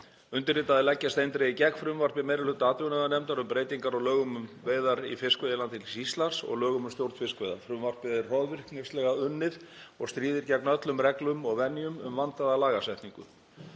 „Undirritaðir leggjast eindregið gegn frumvarpi meiri hluta atvinnuveganefndar um breytingar á lögum um veiðar í fiskveiðilandhelgi Íslands og lögum um stjórn fiskveiða. Frumvarpið er hroðvirknislega unnið og stríðir gegn öllum reglum og venjum um vandaða lagasetningu.